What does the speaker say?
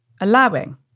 allowing